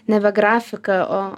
nebe grafika o